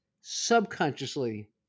subconsciously